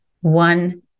One